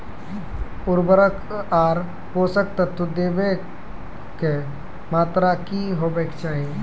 उर्वरक आर पोसक तत्व देवाक मात्राकी हेवाक चाही?